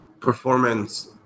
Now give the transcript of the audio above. performance